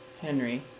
Henry